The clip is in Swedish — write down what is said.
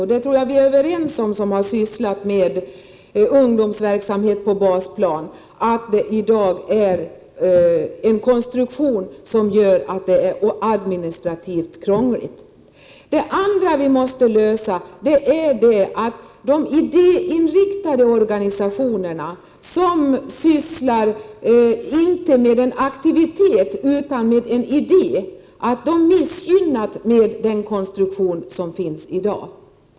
Jag tror att vi som sysslar med ungdomsverksamhet på basplan är överens om att konstruktionen i dag är administrativt krånglig. För det andra måste vi komma ifrån det förhållandet att de idéinriktade organisationer som sysslar inte med en aktivitet utan med en idé missgynnas av den konstruktion som finns i dag.